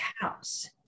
house